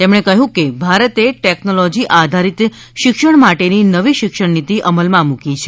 તેમણે કહ્યું કે ભારતે ટેકનોલોજી આધારિત શિક્ષણ માટેની નવી શિક્ષણ નીતિ અમલમાં મૂકી છે